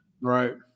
Right